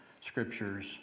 scriptures